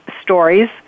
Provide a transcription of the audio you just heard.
stories